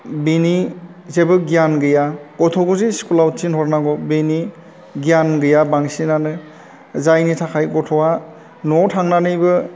बेनि जेबो गियान गैया गथ'खौजे स्कुल आव थिनहरनांगौ बेनि गियान गैया बांसिनआनो जायनि थाखाय गथ'आ न'आव थांनानैबो